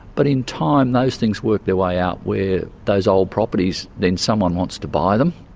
but in time, those things work their way out where those old properties, then someone wants to buy them,